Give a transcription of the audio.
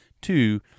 Two